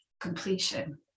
completion